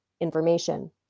information